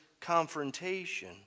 confrontation